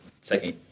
second